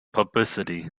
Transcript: publicity